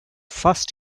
first